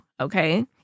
okay